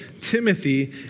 Timothy